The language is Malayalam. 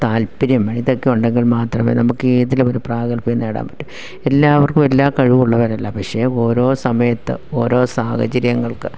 താല്പര്യം വേണം ഇതൊക്കെ ഉണ്ടെങ്കിൽ മാത്രമേ നമുക്ക് ഏതിലുമൊരു പ്രാകൽഭ്യം നേടാൻ പറ്റു എല്ലാവർക്കും എല്ലാ കഴിവും ഉള്ളവരല്ല പക്ഷെ ഓരോ സമയത്തും ഓരോ സാഹചര്യങ്ങൾക്ക്